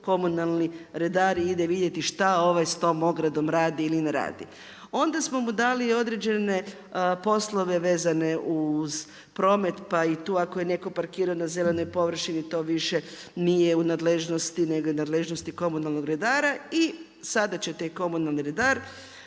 komunalni redari ide vidjeti šta ovaj s tom ogradom radi ili ne radi. Onda samomu dali određene poslove vezane uz promet, pa i tu ako je netko parkirao na zelenoj površini, to više nije u nadležnosti, nego je nadležnosti komunalnog redara i sada će taj komunalni redar,